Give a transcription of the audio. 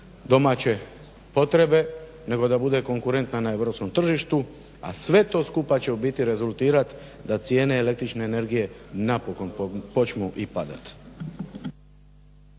domaće potrebe, nego da bude konkurentna na europskom tržištu, a sve to skupa će u biti rezultirati da cijene električne energije napokon počnu i padat.